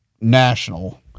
national